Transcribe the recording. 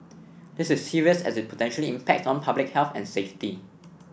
this is serious as it potentially impacts on public health and safety